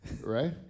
right